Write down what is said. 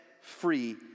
free